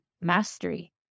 mastery